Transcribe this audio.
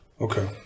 Okay